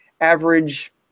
average